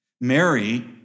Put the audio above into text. Mary